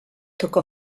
tocó